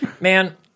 man